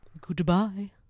Goodbye